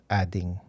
adding